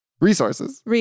resources